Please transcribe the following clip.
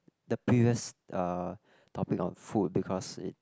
the previous uh topic on food because it